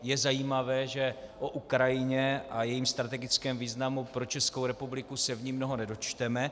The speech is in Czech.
Je zajímavé, že o Ukrajině a jejím strategickém významu pro Českou republiku se v ní mnoho nedočteme.